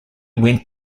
went